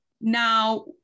Now